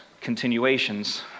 continuations